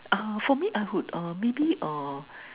ah for me I would uh maybe uh